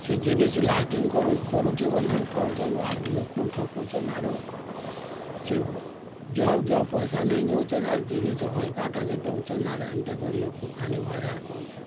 ସେ ଜିନିଷ୍ ଲାଷ୍ଟିଂ କରୁ କରୁଛେ ବୋଲିକରି କହୁଛନ୍ ଆର୍ ଲୋକଙ୍କୁ ଠକୁଛନ୍ ଆରୁ ସେ ଯହ ଯହ ପଇସା ନେଇଁ ଯାଉଛନ୍ ଆର୍ ଜିନିଷ୍ ହଲ୍କାଟା କେ ଦଉଛନ୍ ଆରେ ଏନ୍ତା କରି ଲୋକକୁ ଖାଲି ହଇରାଣ କରୁଛନ୍